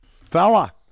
Fella